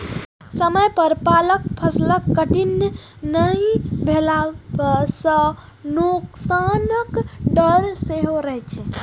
समय पर पाकल फसलक कटनी नहि भेला सं नोकसानक डर सेहो रहै छै